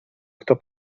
kto